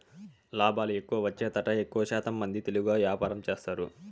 లాభాలు ఎక్కువ వచ్చేతట్టు ఎక్కువశాతం మంది తెలివిగా వ్యాపారం చేస్తారు